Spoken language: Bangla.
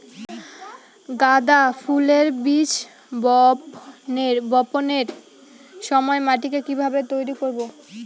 গাদা ফুলের বীজ বপনের সময় মাটিকে কিভাবে তৈরি করব?